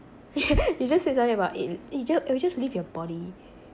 you just said something about it it ju~ it'll just leave your body